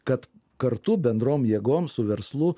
kad kartu bendrom jėgom su verslu